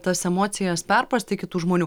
tas emocijas perprasti kitų žmonių